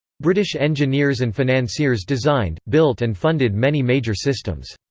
british engineers and financiers designed, built and funded many major systems.